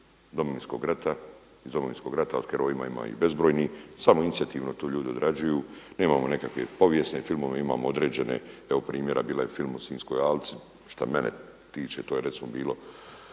ili domaći igrani film iz Domovinskog rata o herojima ima ih bezbrojnih, samoinicijativno to ljudi odrađuju, nemamo neke povijesne filmove. Imamo određene evo primjera bio je film o Sinjskoj alci, šta mene tiče to je recimo bilo